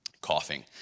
coughing